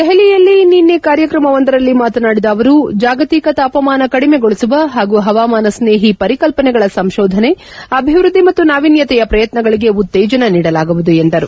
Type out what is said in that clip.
ದೆಹಲಿಯಲ್ಲಿ ನಿನ್ನೆ ಕಾರ್ಯಕ್ರಮವೊಂದರಲ್ಲಿ ಮಾತನಾಡಿದ ಅವರು ಜಾಗತಿಕ ತಾಪಮಾನ ಕಡಿಮೆಗೊಳಿಸುವ ಹಾಗೂ ಹವಾಮಾನಸ್ನೇಹಿ ಪರಿಕಲ್ಪನೆಗಳ ಸಂತೋಧನೆ ಅಭಿವೃದ್ದಿ ಮತ್ತು ನಾವೀನ್ಣತೆಯ ಪ್ರಯತ್ತಗಳಿಗೆ ಉತ್ತೇಜನ ನೀಡಲಾಗುವುದು ಎಂದರು